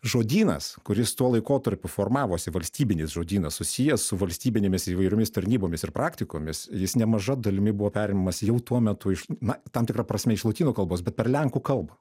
žodynas kuris tuo laikotarpiu formavosi valstybinis žodynas susijęs su valstybinėmis įvairiomis tarnybomis ir praktikomis jis nemaža dalimi buvo perimamas jau tuo metu iš na tam tikra prasme iš lotynų kalbos bet per lenkų kalbą